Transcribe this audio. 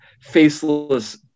faceless